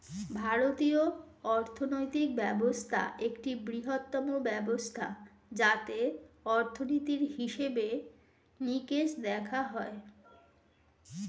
ভারতীয় অর্থনৈতিক ব্যবস্থা একটি বৃহত্তম ব্যবস্থা যাতে অর্থনীতির হিসেবে নিকেশ দেখা হয়